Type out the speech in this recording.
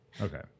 Okay